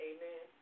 Amen